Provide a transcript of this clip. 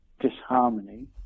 disharmony